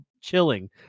chilling